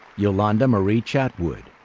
yolanda marie chatwood.